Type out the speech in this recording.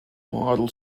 model